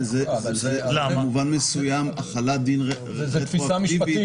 במובן מסוים זה החלת דין רטרואקטיבית.